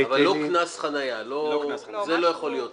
אבל לא קנס חנייה, זה לא יכול להיות שם.